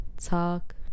talk